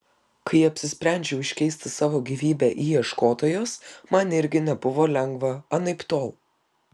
kai apsisprendžiau iškeisti savo gyvybę į ieškotojos man irgi nebuvo lengva anaiptol